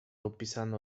opisane